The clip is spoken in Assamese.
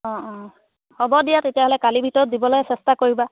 অঁ অঁ হ'ব দিয়া তেতিয়াহ'লে কালিৰ ভিতৰত দিবলে চেষ্টা কৰিবা